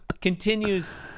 continues